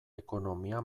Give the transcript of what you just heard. ekonomia